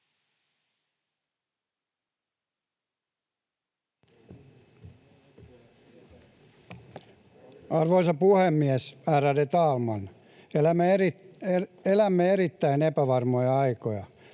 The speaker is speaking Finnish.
Arvoisa puhemies, ärade talman! Elämme erittäin epävarmoja aikoja.